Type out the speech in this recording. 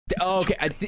Okay